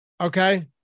Okay